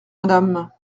madame